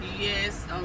Yes